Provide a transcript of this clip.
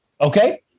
Okay